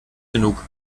genug